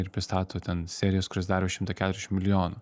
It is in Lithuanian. ir pristato ten serijas kurias daro už šimtą keturiasdešim milijonų